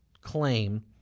claim